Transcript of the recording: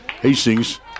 Hastings